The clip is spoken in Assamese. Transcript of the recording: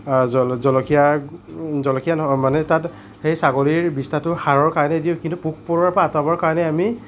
জ জলকীয়া জলকীয়া নহয় মানে তাত সেই ছাগলীৰ বিষ্ঠাটো সাৰৰ কাৰণে দি কিন্তু পোক পৰুৱাৰ পৰা আঁতৰাবৰ কাৰণে আমি